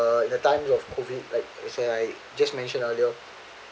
uh the times of COVID like as in like I just mention earlier